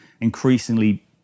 increasingly